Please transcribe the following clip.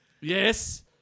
Yes